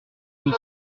deux